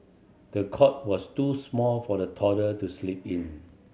the cot was too small for the toddler to sleep in